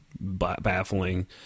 baffling